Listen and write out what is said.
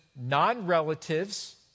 non-relatives